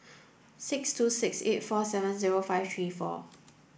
six two six eight four seven zero five three four